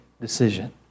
decision